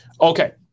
Okay